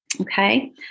Okay